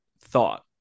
thought